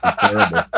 Terrible